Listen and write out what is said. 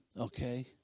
Okay